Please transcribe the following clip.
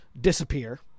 disappear